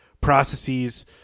processes